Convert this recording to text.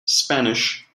spanish